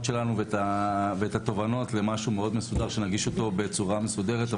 שלנו ואת התובנות למשהו מסודר מאוד שנגיש בצורה מסודרת.